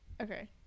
Okay